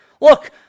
Look